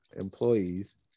employees